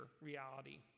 reality